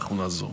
אנחנו נעזור.